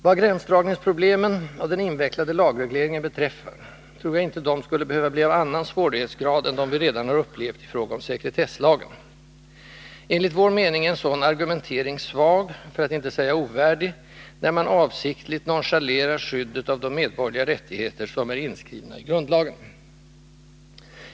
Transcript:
— Vad gränsdragningsproblemen och den invecklade lagregleringen beträffar tror jag inte de skulle behöva bli av annan svårighetsgrad än vad vi redan upplevt i fråga om sekretesslagen. Enligt 'vår mening är en sådan argumentering svag, för att inte säga ovärdig, när man avsiktligt nonchalerar skyddet av de medborgerliga rättigheter som är inskrivna i grundlagen.